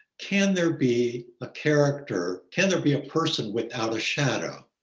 can there be a character? can there be a person without a shadow,